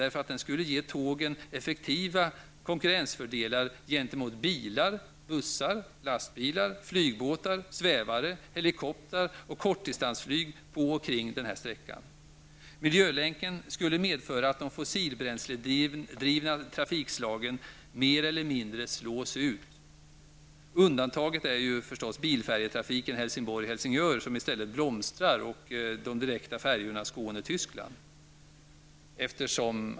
Den skulle nämligen ge tågen effektiva konkurrensfördelar gentemot bilar, bussar, lastbilar, flygbåtar, svävare, helikoptrar och kortdistansflyg på och kring denna sträcka. Miljölänken skulle medföra att de fossilbränsledrivna trafikslagen mer eller mindre slås ut. Undantaget är förstås bilfärjetrafiken Helsingborg--Helsingör, som i stället blomstrar, och direktfärjorna Skåne--Tyskland.